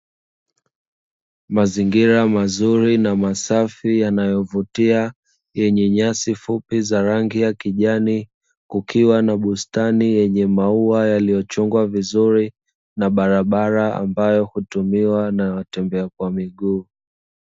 Mazingira mazuri na masafi yanayovutia, yenye nyasi fupi za rangi ya kijani, kukiwa na bustani yenye maua yaliyochongwa vizuri, na barabara ambayo hutumiwa na watembea kwa miguu.